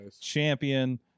champion